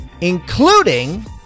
including